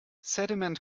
sediment